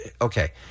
Okay